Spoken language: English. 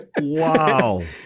Wow